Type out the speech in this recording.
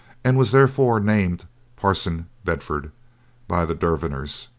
and was therefore named parson bedford by the derviners,